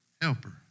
Helper